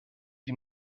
die